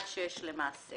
למעשה